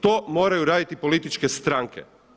To moraju raditi političke stranke.